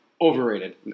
Overrated